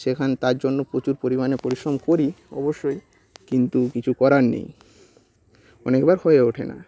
সেখান তারজন্য প্রচুর পরিমাণে পরিশ্রম করি অবশ্যই কিন্তু কিছু করার নেই মানে মানে ওয়ার্ক হয়ে ওঠে না